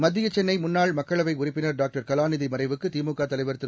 மத்திய சென்னை முன்னாள் மக்களவை உறுப்பினர் டாக்டர் கலாநிதி மறைவுக்கு திமுக தலைவர் திரு